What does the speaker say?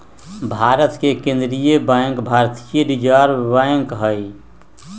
भारत के केंद्रीय बैंक भारतीय रिजर्व बैंक हइ